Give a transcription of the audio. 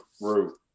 route